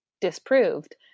disproved